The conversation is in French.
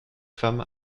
femme